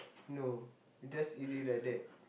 no you just eat it like that